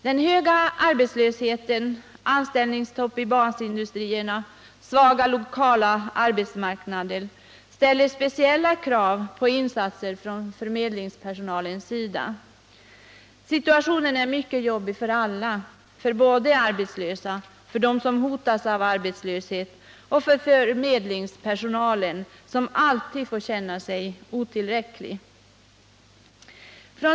Den höga arbetslösheten, anställningsstopp i basindustrierna och svaga lokala arbetsmarknader ställer speciella krav på insatser från förmedlingspersonalens sida. Situationen är mycket jobbig för alla, för arbetslösa, för dem som hotas av arbetslöshet och för förmedlingspersonalen, som alltid får känna sig otillräcklig.